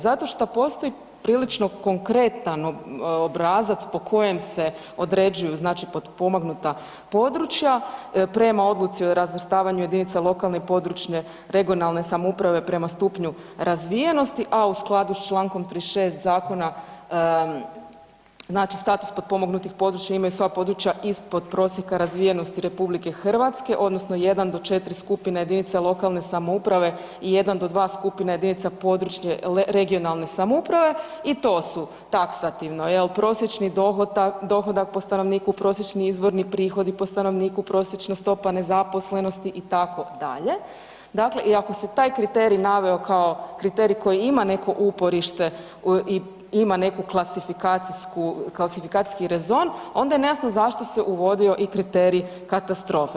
Zato što postoji prilično konkretan obrazac po kojem se određuju znači potpomognuta područja, prema odluci o razvrstavanju jedinica lokalne i područne (regionalne) samouprave prema stupnju razvijenosti a u skladu s čl. 36. zakona, znači status potpomognutih područja imaju svoja područja ispod prosjeka razvijenosti RH odnosno 1 do 4 skupine jedinice lokalne samouprave i 1 do 2 skupine jedinica područne (regionalne) samouprave i to su taksativno, jel, prosječni dohodak po stanovniku, prosječni izvorni prihodi po stanovniku, prosječna stopa nezaposlenosti itd., dakle i ako se taj kriterij naveo kao kriterij koji ima neku uporište i ima neku klasifikacijski rezon, onda je nejasno zašto se uvodio i kriterij katastrofe.